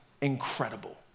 Incredible